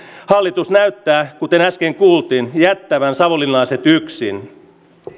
hallitus näyttää kuten äsken kuultiin jättävän savonlinnalaiset yksin